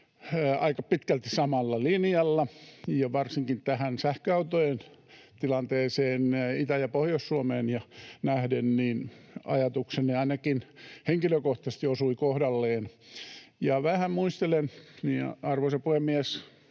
aika pitkälti samalla linjalla, ja varsinkin tähän sähköautojen tilanteeseen Itä‑ ja Pohjois-Suomeen nähden ajatukseni ainakin henkilökohtaisesti osui kohdalleen. Arvoisa puhemies!